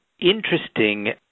interesting